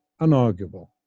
unarguable